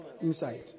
Inside